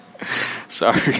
Sorry